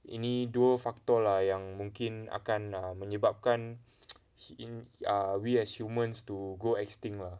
ini dua faktor lah yang mungkin akan ah menyebabkan err we as humans to go extinct lah